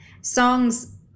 songs